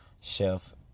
chef